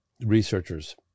researchers